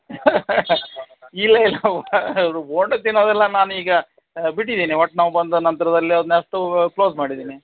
ಇಲ್ಲ ಇಲ್ಲ ಬೋಂಡ ತಿನ್ನೋದೆಲ್ಲ ನಾನೀಗ ಬಿಟ್ಟಿದ್ದೀನಿ ಹೊಟ್ಟೆನೋವು ಬಂದ ನಂತರದಲ್ಲಿ ಅದನ್ನಷ್ಟೂ ಕ್ಲೋಸ್ ಮಾಡಿದ್ದೀನಿ